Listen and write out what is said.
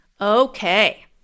Okay